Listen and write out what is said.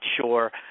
sure